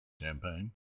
Champagne